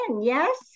Yes